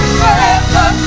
forever